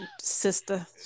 sister